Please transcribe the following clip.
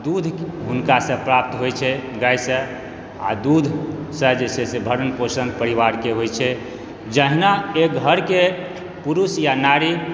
दूध हुनकासँ प्राप्त होइ छै गायसँओर आ दूधसँ जे छै भरण पोषण परिवारके होइ छै जहिना एक घरके पुरुष या नारी